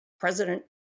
President